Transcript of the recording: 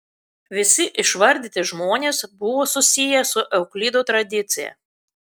visi išvardyti žmonės buvo susiję su euklido tradicija